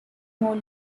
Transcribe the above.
more